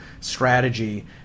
strategy